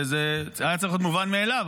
זה היה צריך להיות מובן מאליו,